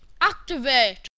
ACTIVATE